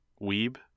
Weeb